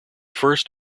first